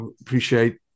Appreciate